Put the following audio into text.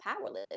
powerless